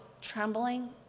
trembling